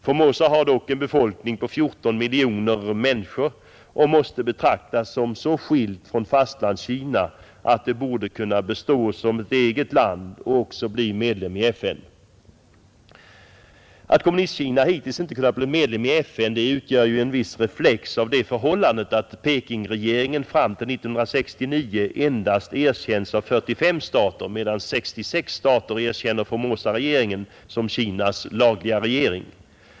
Formosa har dock en befolkning på 14 miljoner människor och måste betraktas som så skilt från fastlands-Kina att det borde kunna bestå som ett eget land och också bli medlem i FN. Att Kommunistkina hittills inte kunnat bli medlem i FN utgör en reflex av det förhållandet att Pekingregeringen fram till 1969 endast erkänts av 45 stater medan 66 stater erkänner Formosaregeringen som Kinas lagliga regering.